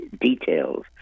details